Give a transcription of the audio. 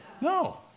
No